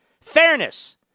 Fairness